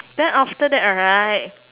then after that right